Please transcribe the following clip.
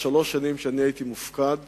בשלוש השנים שהייתי מופקד